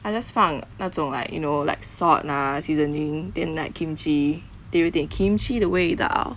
I just 放那种 like you know like salt lah seasoning then like kimchi then 有一点 kimchi 的味道